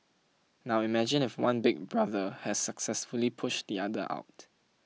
now imagine if one Big Brother has successfully pushed the other out